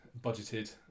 budgeted